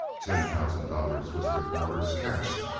ten thousand dollars, whispered waters. cash!